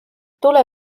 tule